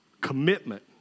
commitment